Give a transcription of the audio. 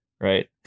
right